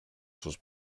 sus